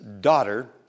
daughter